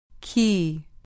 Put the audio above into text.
Key